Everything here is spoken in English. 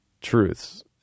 truths